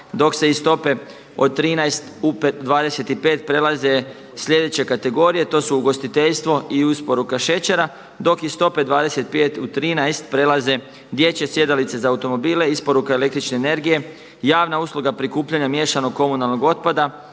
dok se iz stope od 13 u 25 prelaze sljedeće kategorije. To su ugostiteljstvo i isporuka šećera, dok iz stope 25 u 13 prelaze dječje sjedalice za automobile, isporuka električne energije, javna usluga prikupljanja miješanog komunalnog otpada,